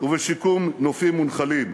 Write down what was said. ובשיקום נופים ונחלים.